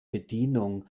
bedienung